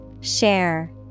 Share